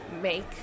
make